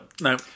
No